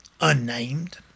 unnamed